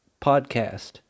podcast